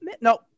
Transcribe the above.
No